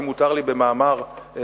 אם מותר לי במאמר מוסגר,